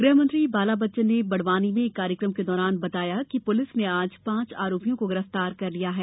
गृह मंत्री बाला बच्चन ने बड़वानी में एक कार्यक्रम के दौरान बताया कि पुलिस ने आज पांच आरोपिओं को गिरफ्तार कर लिया है